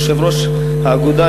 יושב-ראש האגודה,